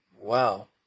Wow